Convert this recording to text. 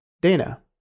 Dana